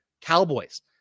Cowboys